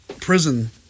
prison